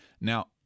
Now